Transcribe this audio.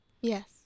Yes